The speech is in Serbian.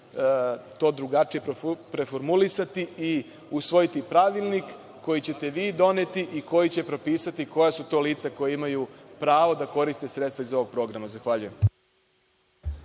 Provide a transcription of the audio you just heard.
to drugačije preformulisati i usvojiti pravilnik koji ćete vi doneti i koji će propisati koja su to lica koja imaju pravo da koriste sredstvo iz ovog programa. Zahvaljujem.